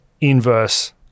inverse